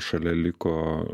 šalia liko